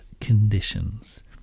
conditions